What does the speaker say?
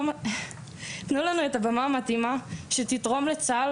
תנו לנו את הבמה המתאימה שתתרום לצה"ל